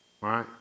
right